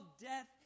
death